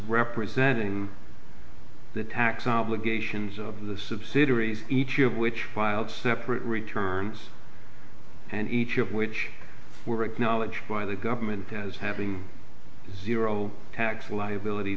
representing the tax obligations of the subsidiaries each of which filed separate returns and each of which were acknowledged by the government as having zero tax liability